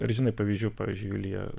ar žinai pavyzdžių pavyzdžiui julija